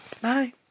Bye